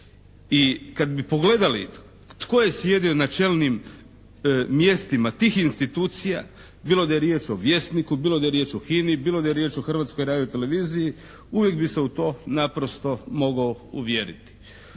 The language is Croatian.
I kad bi pogledali tko je sjedio na čelnim mjestima tih institucija bilo da je riječ o "Vjesniku", bilo da je riječ o HINA-i, bilo da je riječ o Hrvatskoj radio televiziji uvijek bi se u to naprosto mogao uvjeriti.